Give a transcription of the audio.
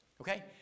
Okay